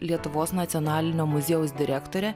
lietuvos nacionalinio muziejaus direktorė